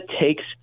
takes